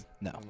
No